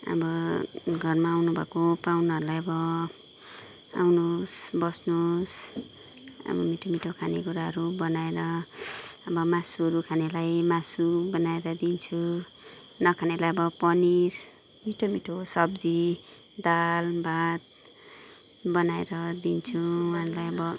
अब घरमा आउनु भएको पाहुनाहरूलाई अब आउनु होस् बस्नु होस् अब मिठो मिठो खाने कुराहरू बनाएर अब मासुहरू खानेलाई मासु बनाएर दिन्छु नखानेलाई अब पनिर मिठो मिठो सब्जी दाल भात बनाएर दिन्छु उहाँहरूलाई अब